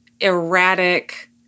erratic